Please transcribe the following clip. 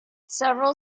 several